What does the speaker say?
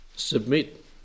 Submit